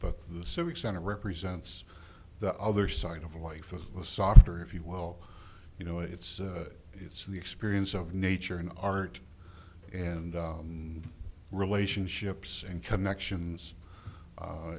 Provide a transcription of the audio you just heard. but the civic center represents the other side of life of the softer if you well you know it's it's the experience of nature and art and relationships and connections